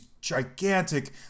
gigantic